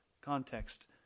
context